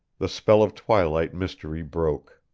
the spell of twilight mystery broke.